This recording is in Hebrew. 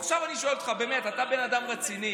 עכשיו אני שואל אותך, באמת, אתה בן אדם רציני.